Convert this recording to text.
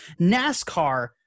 nascar